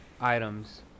items